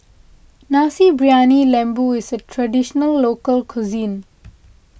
Nasi Briyani Lembu is a Traditional Local Cuisine